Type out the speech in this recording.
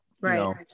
right